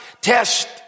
test